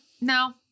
No